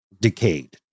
decayed